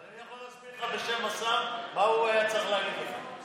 ואני יכול להסביר לך בשם השר מה הוא היה צריך להגיד לך.